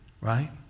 Right